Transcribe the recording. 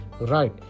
Right